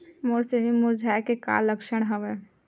मोर सेमी मुरझाये के का लक्षण हवय?